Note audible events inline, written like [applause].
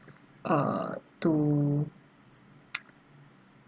uh to [noise]